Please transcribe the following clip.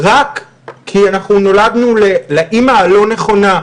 רק כי נולדנו לאמא הלא נכונה,